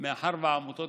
מאחר שהעמותות